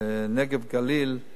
נגב, גליל,